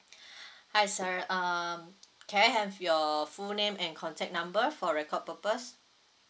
hi sir um can I have your full name and contact number for record purpose